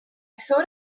thought